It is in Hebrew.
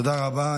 תודה רבה.